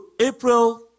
April